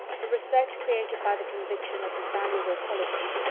the respect created by the conviction of his valuable qualities,